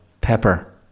Pepper